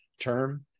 term